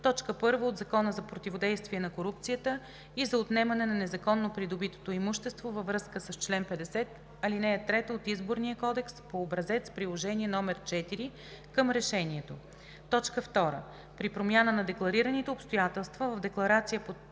1, т. 1 от Закона за противодействие на корупцията и за отнемане на незаконно придобитото имущество във връзка с чл. 50, ал. 3 от Изборния кодекс по образец – приложение № 4 към решението; 2. При промяна на декларираните обстоятелства в декларацията по